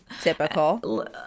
Typical